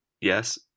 yes